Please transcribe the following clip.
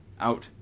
out